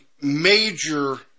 major